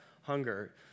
hunger